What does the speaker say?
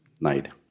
night